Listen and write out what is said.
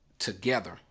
together